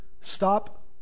stop